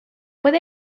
puede